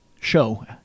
show